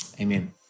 amen